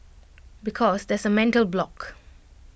because there's A mental block